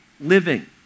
living